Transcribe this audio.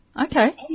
okay